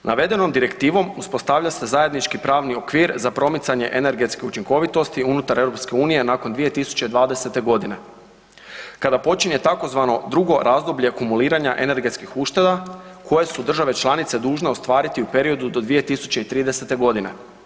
Navedenom direktivom uspostavlja se zajednički pravni okvir za promicanje energetske učinkovitosti unutar EU nakon 2020.-te godine kada počinje tzv. drugo razdoblje kumuliranja energetskih ušteda koje su države članice dužne ostvariti u periodu do 2030. godine.